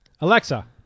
Alexa